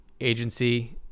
agency